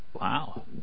Wow